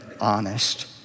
honest